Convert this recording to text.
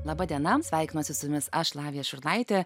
laba diena sveikinuosi su jumis aš lavija šurnaitė